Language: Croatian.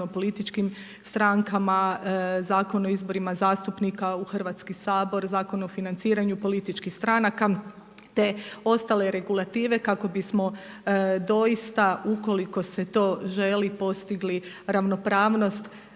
o političkim strankama, Zakona o izborima zastupnika u Hrvatski sabor, Zakon o financiranju političkih stranaka, te ostale regulative kako bismo doista ukoliko se to želi postigli ravnopravnost,